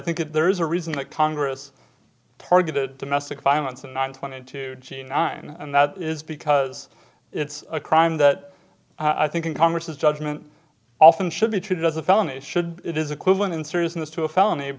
that there is a reason that congress targeted domestic violence and i'm twenty two g nine and that is because it's a crime that i think in congress is judgment often should be treated as a felony should it is equivalent in seriousness to a felony